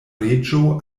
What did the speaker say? reĝo